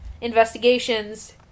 investigations